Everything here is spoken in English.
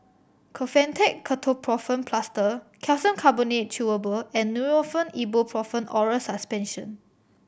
Kefentech Ketoprofen Plaster Calcium Carbonate Chewable and Nurofen Ibuprofen Oral Suspension